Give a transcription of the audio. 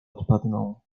odpadną